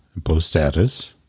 PostStatus